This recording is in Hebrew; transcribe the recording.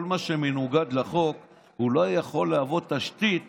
כל מה שמנוגד לחוק לא יכול להוות תשתית